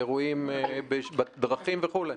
האירועים בדרכים וכו'?